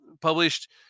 published